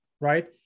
right